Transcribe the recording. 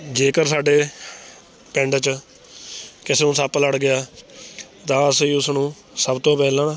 ਜੇਕਰ ਸਾਡੇ ਪਿੰਡ 'ਚ ਕਿਸੇ ਨੂੰ ਸੱਪ ਲੜ ਗਿਆ ਤਾਂ ਅਸੀਂ ਉਸ ਨੂੰ ਸਭ ਤੋਂ ਪਹਿਲਾਂ